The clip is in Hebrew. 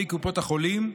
קרי קופות החולים,